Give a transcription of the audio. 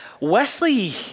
Wesley